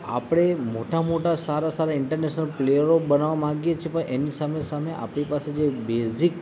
આપણે મોટા મોટા સારા સારા ઇન્ટરનેશનલ પ્લેયરો બનાવવા માંગીએ છીએ પણ એની સામે સામે આપણી પાસે જે બેઝિક